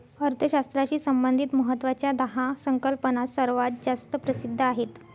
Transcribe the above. अर्थशास्त्राशी संबंधित महत्वाच्या दहा संकल्पना सर्वात जास्त प्रसिद्ध आहेत